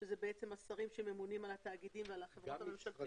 שאלה בעצם השרים שממונים על התאגידים ועל החברות.